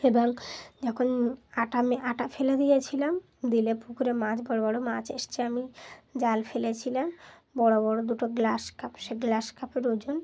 এবং যখন আটা মি আটা ফেলে দিয়েছিলাম দিলে পুকুরে মাছ বড়ো বড়ো মাছ এসছে আমি জাল ফেলেছিলাম বড়ো বড়ো দুটো গ্লাস কাপ সে গ্লাস কাপের ওজন